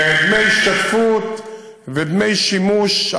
דמי השתתפות ודמי שימוש.